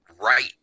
right